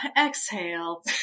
exhale